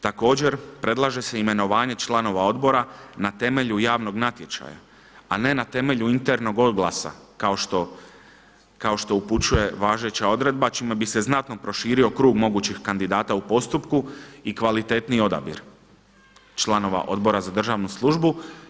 Također predlaže se imenovanje članova odbora na temelju javnog natječaja, a ne na temelju internog oglasa kao što upućuje važeća odredba čime bi se znatno proširio krug mogućih kandidata u postupku i kvalitetniji odabir članova Odbora za državnu službu.